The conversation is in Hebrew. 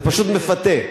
זה פשוט מפתה.